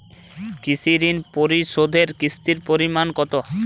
কৃষি ঋণ পরিশোধের কিস্তির পরিমাণ কতো?